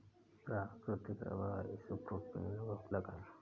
प्राकृतिक rubber isopropene का बहुलक है